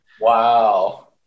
Wow